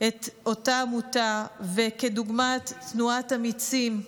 את אותה עמותה, וכדוגמת "תנועת אמיצים".